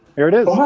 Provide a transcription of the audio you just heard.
here it is.